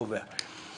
אני לא קובע כעת.